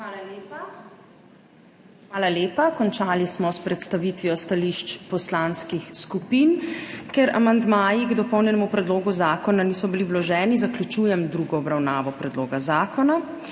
Hvala lepa. Končali smo s predstavitvijo stališč poslanskih skupin. Ker amandmaji k dopolnjenemu predlogu zakona niso bili vloženi, zaključujem drugo obravnavo predloga zakona.